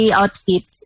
outfit